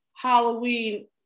Halloween